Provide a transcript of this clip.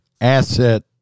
asset